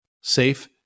safe